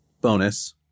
bonus